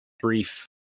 brief